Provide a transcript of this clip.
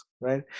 right